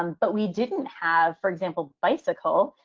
um but we didn't have, for example, bicycle,